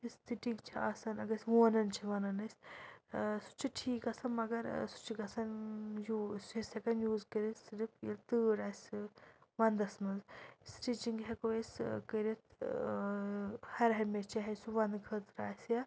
stick چھِ آسان اگر أسۍ ووٗنان چھِ وَنان أسۍ ٲں سُہ تہِ چھِ ٹھیٖک گَژھان مگر ٲں سُہ چھِ گژھان یوٗز سُہ أسۍ ہیٚکان یوٗز کٔرِتھ صرف ییٚلہِ تۭر آسہِ وَنٛدَس منٛز سِٹِچِنٛگ ہیٚکو أسۍ ٲں کٔرِتھ ٲں ہَر ہَمیشہٕ چاہے سُہ وَنٛدٕ خٲطرٕ آسہِ یا